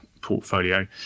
portfolio